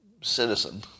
citizen